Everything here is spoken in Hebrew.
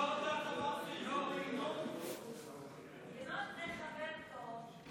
ינון הוא חבר טוב,